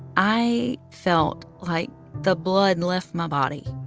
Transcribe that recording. i felt like the blood left my body.